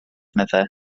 meddai